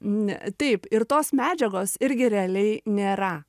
n taip ir tos medžiagos irgi realiai nėra